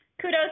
Kudos